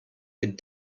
could